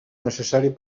necessari